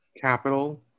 capital